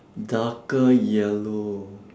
darker yellow